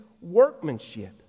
workmanship